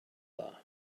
dda